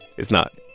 it's not